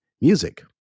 music